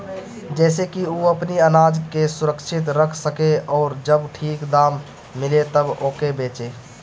जेसे की उ अपनी आनाज के सुरक्षित रख सके अउरी जब ठीक दाम मिले तब ओके बेचे